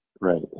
right